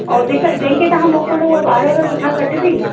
और जेके जेके तव्हां मोकिलींदव उहा वार वार सुठा कटंदी